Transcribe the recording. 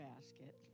basket